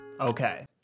Okay